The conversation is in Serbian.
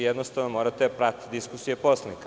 Jednostavno, morate da pratite diskusije poslanika.